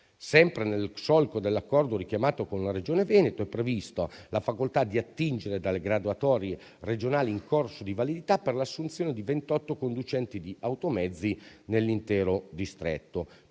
Sempre nel solco dell'accordo richiamato con la Regione Veneto, è prevista la facoltà di attingere dalle graduatorie regionali in corso di validità per l'assunzione di 28 conducenti di automezzi nell'intero distretto.